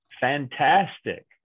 fantastic